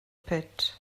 pit